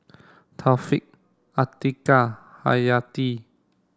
Taufik Atiqah Hayati